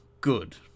good